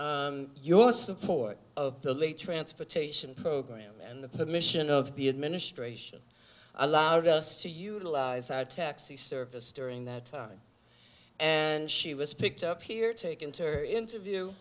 your support of the late transportation program and the permission of the administration allowed us to utilize our taxi service during that time and she was picked up here taken to her interview